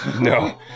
No